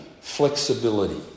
flexibility